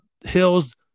Hills